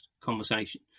conversation